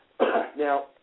Now